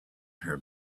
her